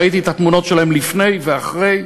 ראיתי את התמונות שלהם לפני ואחרי,